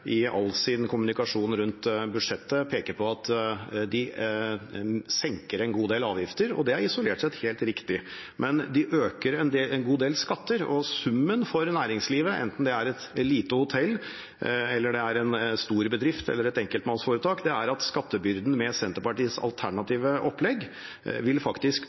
i all sin kommunikasjon rundt budsjettet peker på at de senker en god del avgifter. Det er isolert sett helt riktig, men de øker en god del skatter, og summen for næringslivet, enten det er et lite hotell, en stor bedrift eller et enkeltmannsforetak, er at skattebyrden med Senterpartiets alternative opplegg faktisk